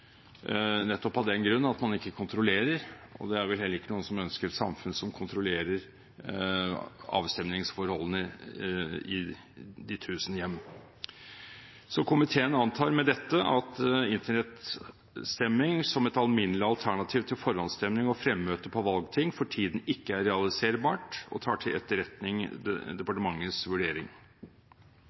nettopp av den grunn at man ikke kontrollerer, og det er vel heller ingen som ønsker et samfunn som kontrollerer avstemningsforholdene i de tusen hjem. Så komiteen antar med dette at internettstemming som et alminnelig alternativ til forhåndsstemming og fremmøte på valgting for tiden ikke er realiserbart, og tar til etterretning departementets vurdering.